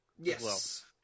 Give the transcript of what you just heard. Yes